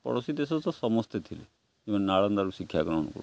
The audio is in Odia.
ପଡ଼ୋଶୀ ଦେଶ ତ ସମସ୍ତେ ଥିଲେ ଯେଉଁମାନେ ନାଳନ୍ଦାରୁ ଶିକ୍ଷା ଗ୍ରହଣ କରୁଥିଲେ